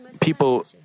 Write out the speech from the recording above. people